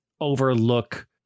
overlook